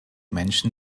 menschen